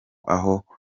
aho